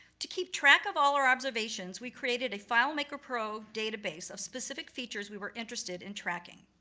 to keep track of all our observations, we created a filemaker pro database of specific features we were interested in tracking.